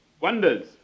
wonders